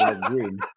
green